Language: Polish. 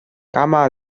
kama